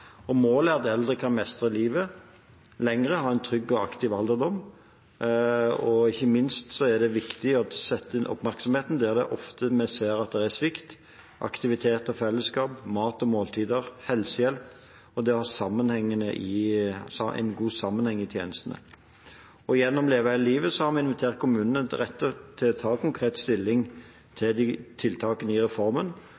Målet er at eldre kan mestre livet lenger og ha en trygg og aktiv alderdom. Ikke minst er det viktig å sette inn oppmerksomheten der vi ofte ser at det er svikt: aktivitet og fellesskap, mat og måltider, helsehjelp og det å ha en god sammenheng i tjenestene. Gjennom Leve hele livet har vi invitert kommunene til å ta konkret stilling